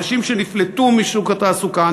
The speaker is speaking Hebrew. אנשים שנפלטו משוק התעסוקה,